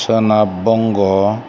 सोनाब बंग'